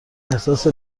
احساس